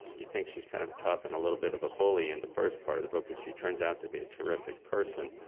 you think she's kind of a tough and a little bit of a bully and in first part of the book. but she turns out to be a terrific person.